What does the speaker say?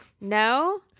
No